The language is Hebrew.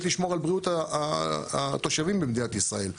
לשמור על בריאות התושבים במדינת ישראל.